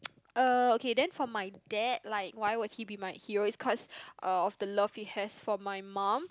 uh okay then for my dad like why would he be my hero is cause of uh the love he has for my mum